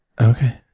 Okay